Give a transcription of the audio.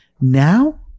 Now